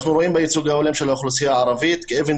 אנחנו רואים בייצוג ההולם של האוכלוסייה הערבית אבן